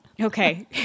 Okay